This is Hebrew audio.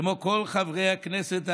כמו כל חברי הכנסת האחרים,